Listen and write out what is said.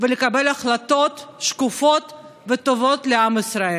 ולקבל החלטות שקופות וטובות לעם ישראל.